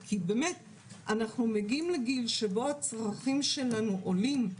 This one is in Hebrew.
כי באמת אנחנו מגיעים לגיל שבו הצרכים שלנו גדלים,